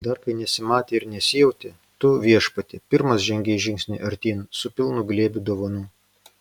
dar kai nesimatė ir nesijautė tu viešpatie pirmas žengei žingsnį artyn su pilnu glėbiu dovanų